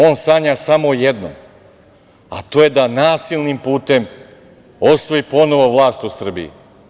On sanja samo jedno, a to je da nasilnim putem osvoji ponovo vlast u Srbiji.